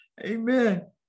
Amen